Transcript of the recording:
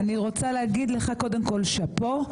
אני רוצה להגיד לך, קודם כול, שאפו.